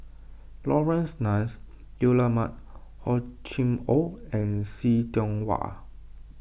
Laurence Nunns Guillemard Hor Chim or and See Tiong Wah